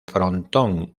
frontón